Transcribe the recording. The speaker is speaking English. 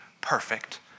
perfect